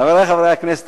חברי חברי הכנסת,